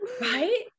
right